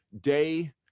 day